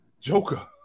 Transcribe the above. Joker